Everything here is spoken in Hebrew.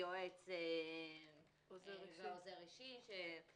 יועץ ועוזר אישי.